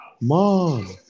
Mom